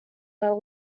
are